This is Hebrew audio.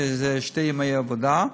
שזה שני ימי עבודה,